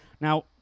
Now